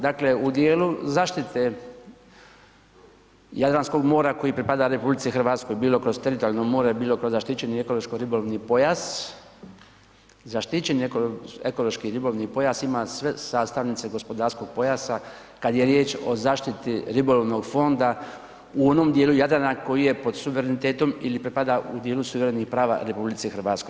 Dakle, u dijelu zaštite Jadranskog mora koji pripada RH bilo kroz teritorijalno more, bilo kroz zaštićeni ekološko ribolovni pojas, zaštićeni ekološki ribolovni pojas ima sve sastavnice gospodarskog pojasa kad je riječ o zaštiti ribolovnog fonda u onom dijelu Jadrana koji je pod suverenitetom ili pripada u dijelu suverenih prava RH.